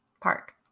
Park